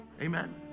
amen